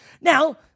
Now